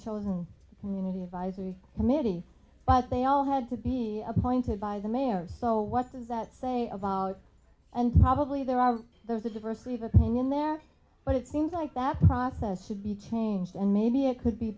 chosen community advisory committees but they all had to be appointed by the mayor so what does that say about and probably there are there's a diversity of opinion there but it seems like that process should be changed and maybe it could be